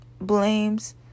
blames